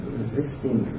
resisting